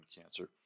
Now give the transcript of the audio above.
cancer